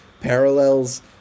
parallels